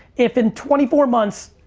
if in twenty four months,